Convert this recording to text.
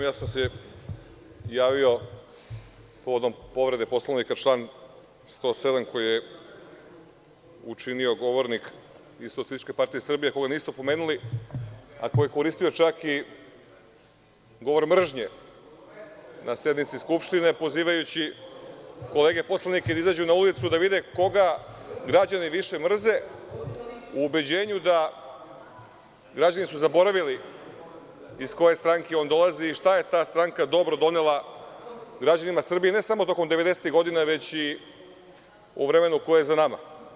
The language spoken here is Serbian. Javio sam se povodom povrede Poslovnika, član 107. koji je učinio govornik iz SPS, koga niste opomenuli, a koji je čak koristio i govor mržnje na sednici Skupštine, pozivajući kolege poslanike da izađu na ulicu da vide koga građani više mrze, u ubeđenju da su građani zaboravili iz koje stranke on dolazi, i šta je ta stranka dobro donela građanima Srbije, ne samo tokom devedesetih godina, već i u vremenu koje je za nama.